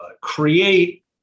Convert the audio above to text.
create